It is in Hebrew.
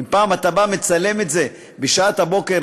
אם פעם אתה בא ומצלם את זה בשעת הבוקר,